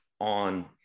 on